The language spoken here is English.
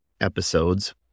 episodes